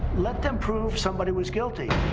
let them prove somebody was guilty.